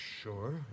Sure